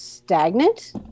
Stagnant